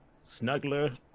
Snuggler